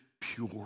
pure